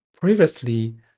previously